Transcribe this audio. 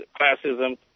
classism